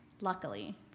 Luckily